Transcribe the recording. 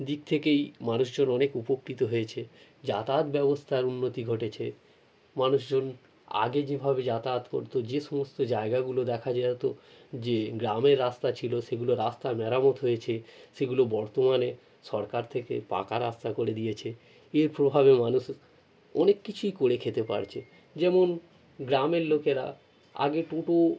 দিক থেকেই মানুষজন অনেক উপকৃত হয়েছে যাতায়াত ব্যবস্থার উন্নতি ঘটেছে মানুষজন আগে যেভাবে যাতায়াত করতো যে সমস্ত জায়গাগুলো দেখা যেতো যে গ্রামের রাস্তা ছিলো সেগুলো রাস্তার মেরামত হয়েছে সেগুলো বর্তমানে সরকার থেকে পাকা রাস্তা করে দিয়েছে এর প্রভাবে মানুষ অনেক কিছুই কোরে খেতে পারছে যেমন গ্রামের লোকেরা আগে টোটো